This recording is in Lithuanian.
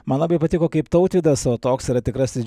man labai patiko kaip tautvydas o toks yra tikrasis